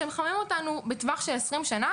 שמחמם אותנו בטווח של 20 שנה